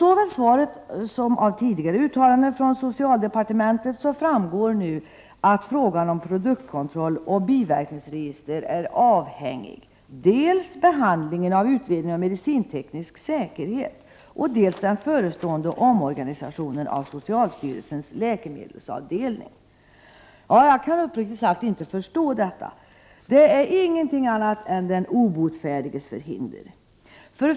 Såväl av svaret som av tidigare uttalanden från socialdepartementet framgår att frågan om produktkontroll och biverkningsregister är avhängig dels behandlingen av utredningen om medicinteknisk säkerhet, dels den förestående omorganisationen av socialstyrelsens läkemedelsavdelning. Jag kan uppriktigt sagt inte förstå detta. Det är inget annat än den obotfärdiges förhinder.